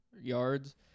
yards